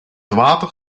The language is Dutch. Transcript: water